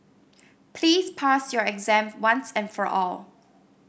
please pass your exam once and for all